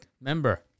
member